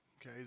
okay